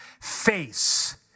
face